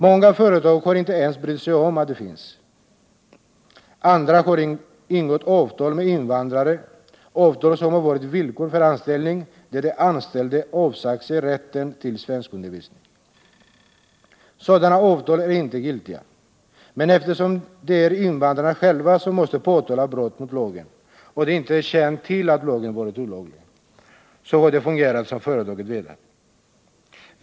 Många företag har inte ens brytt sig om att den finns. Andra har ingått avtal med invandrare — avtal som har varit villkor för anställning, men där den anställde avsagt sig rätten till svenskundervisning. Sådana avtal är inte giltiga, men eftersom det är invandrarna själva som måste påtala brott mot lagen och de inte känt till att avtalen varit olagliga, har det fungerat efter företagens vilja.